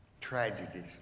tragedies